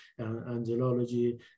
angelology